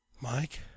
Mike